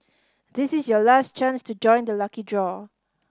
this is your last chance to join the lucky draw